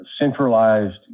centralized